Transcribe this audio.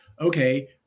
okay